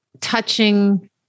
touching